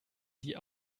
die